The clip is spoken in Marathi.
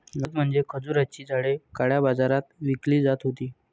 गंमत म्हणजे खजुराची झाडे काळ्या बाजारात विकली जात होती